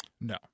No